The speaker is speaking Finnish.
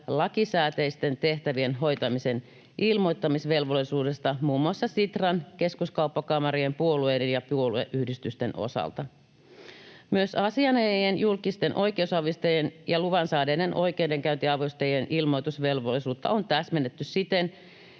lakisääteisten tehtävien hoitamisen ilmoittamisvelvollisuudesta muun muassa Sitran, Keskuskauppakamarin, puolueiden ja puolueyhdistysten osalta. Myös asianajajien, julkisten oikeusavustajien ja luvan saaneiden oikeudenkäyntiavustajien ilmoitusvelvollisuutta on täsmennetty siten,